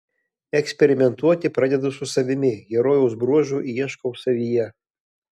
eksperimentuoti pradedu su savimi herojaus bruožų ieškau savyje